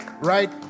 right